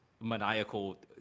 maniacal